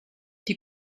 die